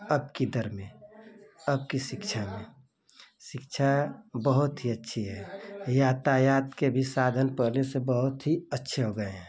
अब की दर में अब कि शिक्षा में शिक्षा बहुत ही अच्छी है यातायात के भी साधन पहले से बहुत ही अच्छे हो गए हैं